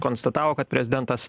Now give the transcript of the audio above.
konstatavo kad prezidentas